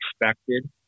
expected